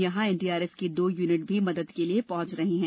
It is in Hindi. यहां एनडीआरएफ की दो युनिट भी मदद के लिये पहुंच रही हैं